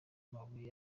amabuye